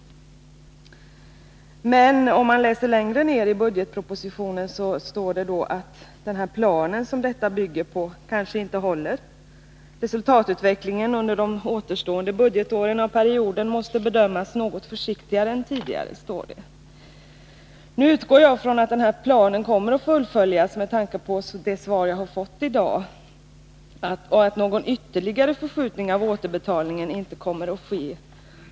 Men längre fram i budgetpropositionen står det, att den plan som detta bygger på kanske inte håller. Resultatutvecklingen under de återstående budgetåren av perioden måste bedömas något försiktigare än tidigare, står det. Efter det svar som jag har fått i dag utgår jag från att planen kommer att fullföljas och att någon ytterligare förskjutning av återbetalningen inte kommer att ske.